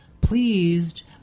pleased